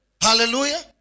Hallelujah